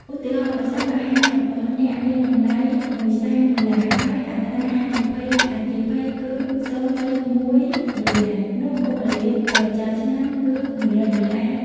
ឧទាហរណ៍៖ ប្រសិនបើហាងរបស់អ្នកមានតម្លៃ $100,000$ ហើយអត្រាហានិភ័យអគ្គិភ័យគឺ $0.1នោះបុព្វលាភប្រចាំឆ្នាំគឺ $100$ ដុល្លារ។